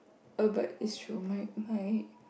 oh but it's through my my